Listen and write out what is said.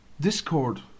discord